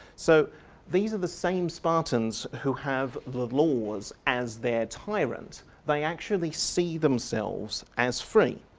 so these are the same spartans who have the laws as their tyrant. they actually see themselves as free.